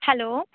hello